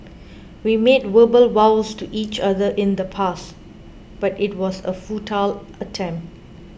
we made verbal vows to each other in the past but it was a futile attempt